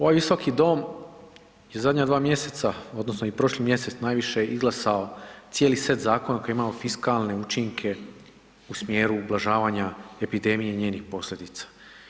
Ovaj visoki dom je zadnja dva mjeseca odnosno i prošli mjesec najviše izglasao cijeli set zakona koje imamo fiskalne učinke u smjeru ublažavanja epidemije i njenih posljedica.